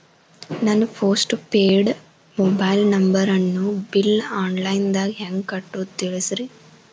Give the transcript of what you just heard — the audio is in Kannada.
ನನ್ನ ಪೋಸ್ಟ್ ಪೇಯ್ಡ್ ಮೊಬೈಲ್ ನಂಬರನ್ನು ಬಿಲ್ ಆನ್ಲೈನ್ ದಾಗ ಹೆಂಗ್ ಕಟ್ಟೋದು ತಿಳಿಸ್ರಿ